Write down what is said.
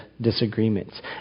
disagreements